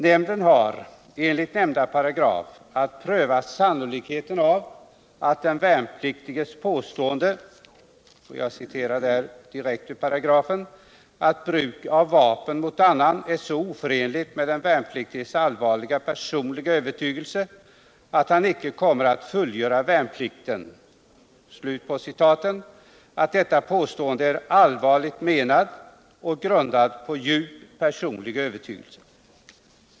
Nämnden har enligt nämnda paragraf att pröva sannolikheten av att den värnpliktiges påstående ”att bruk av vapen mot annan är så oförenligt med den värnpliktiges allvarliga personliga övertygelse att han icke kommer att fullgöra värnpliktstjänstgöringen” är allvarligt menad och grundad på djup personlig övertygelse.